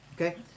Okay